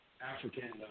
African